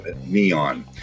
Neon